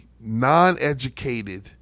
non-educated